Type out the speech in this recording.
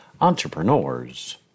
entrepreneurs